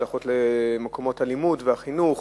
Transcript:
השלכות על מקומות הלימוד והחינוך,